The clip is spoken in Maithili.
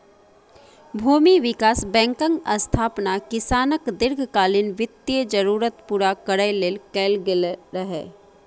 भूमि विकास बैंकक स्थापना किसानक दीर्घकालीन वित्तीय जरूरत पूरा करै लेल कैल गेल रहै